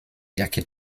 jakie